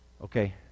Okay